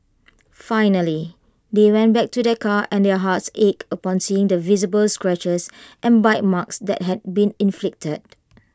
finally they went back to their car and their hearts ached upon seeing the visible scratches and bite marks that had been inflicted